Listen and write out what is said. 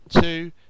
two